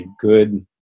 good